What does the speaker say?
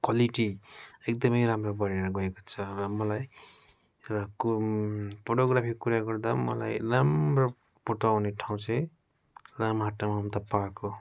quality एकदमै राम्रो बढेर गएको छ र मलाई फोटोग्राफीको कुरा गर्दा मलाई राम्रो फोटो आउने ठाउँ चाहिँ लामाहट्टा ममता पार्क हो